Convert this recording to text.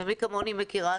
ומי כמוני מכירה,